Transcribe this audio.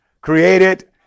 created